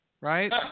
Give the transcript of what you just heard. right